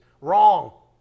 Wrong